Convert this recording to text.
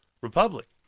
Republic